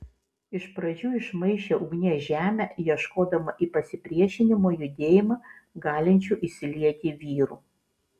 iš pradžių išmaišė ugnies žemę ieškodama į pasipriešinimo judėjimą galinčių įsilieti vyrų